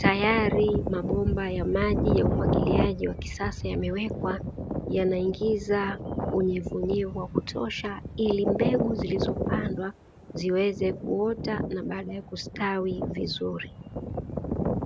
tayari mabomba ya maji ya umwagiliaji wa kisasa yamewekwa, yanaingiza unyevunyevu wa kutosha ili mbegu zilizopandwa ziweze kuota na baadaye kustawi vizuri.